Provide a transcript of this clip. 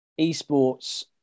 eSports